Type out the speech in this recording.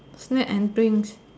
snack and drinks